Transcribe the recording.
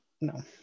no